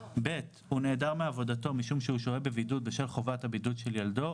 (ב)הוא נעדר מעבודתו משום שהוא שוהה בבידוד בשל חובת הבידוד של ילדו,